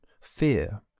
fear